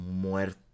muerta